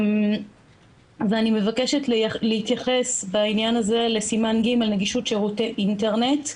אני מבקשת להתייחס בעניין הזה לסימן ג': נגישות שירותי אינטרנט.